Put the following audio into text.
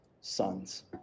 sons